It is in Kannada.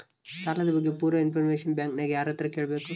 ಸಾಲದ ಬಗ್ಗೆ ಪೂರ ಇಂಫಾರ್ಮೇಷನ ಬ್ಯಾಂಕಿನ್ಯಾಗ ಯಾರತ್ರ ಕೇಳಬೇಕು?